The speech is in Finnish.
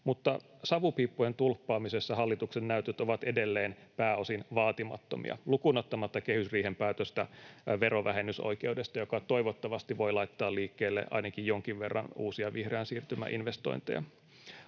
mutta savupiippujen tulppaamisessa hallituksen näytöt ovat edelleen pääosin vaatimattomia lukuun ottamatta kehysriihen päätöstä verovähennysoikeudesta, joka toivottavasti voi laittaa liikkeelle ainakin jonkin verran uusia vihreän siirtymän investointeja.